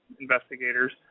investigators